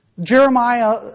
Jeremiah